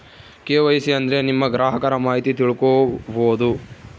KYC ಅಂದ್ರೆ ನಿಮ್ಮ ಗ್ರಾಹಕರ ಮಾಹಿತಿ ತಿಳ್ಕೊಮ್ಬೋದು